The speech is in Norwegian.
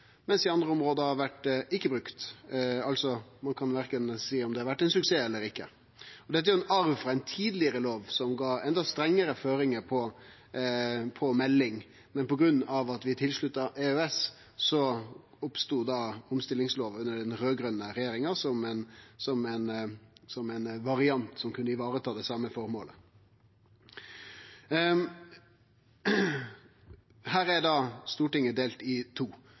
mens ho i andre område ikkje har vore brukt – ein kan altså ikkje seie om det har vore ein suksess eller ikkje. Dette er ein arv frå ei tidlegare lov som gav enda strengare føringar for melding, men på grunn av at vi er tilslutta EØS, oppstod omstillingslova under den raud-grøne regjeringa som ein variant som kunne vareta det same formålet. Her er Stortinget delt i to,